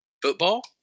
Football